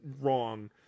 wrong